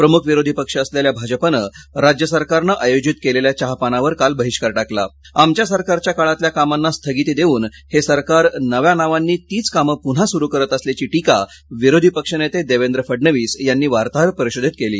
प्रमुख विरोधी पक्ष असलेल्या भाजपनं राज्य सरकारनं आयोजित केलेल्या चहापानावर काल बहिष्कार टाकला आमच्या सरकारच्या काळातल्या कामांना स्थगिती देऊन हे सरकार नव्या नावांनी तीच काम पुन्हा सुरू करत असल्याची टीका विरोधी पक्षनेते देवेंद्र फडणवीस यांनी वार्ताहर परिषदेत केली